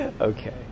Okay